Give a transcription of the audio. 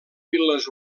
vil·les